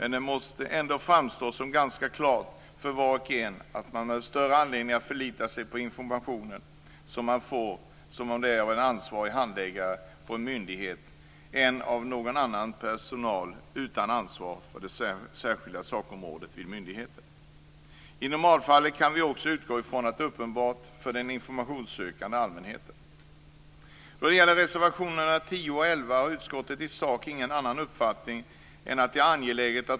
Men det måste ändå framstå som ganska klart för var och en att man har större anledning att förlita sig på den information som man får av en ansvarig handläggare på en myndighet än av någon annan person utan ansvar för något särskilt sakområde vid myndigheten. I normalfallet kan vi också utgå från att detta är uppenbart för den informationssökande allmänheten.